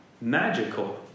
magical